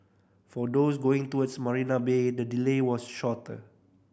for those going towards Marina Bay the delay was shorter